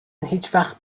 هیچوقت